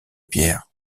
pierres